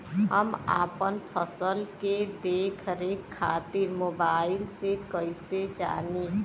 हम अपना फसल के देख रेख खातिर मोबाइल से कइसे जानी?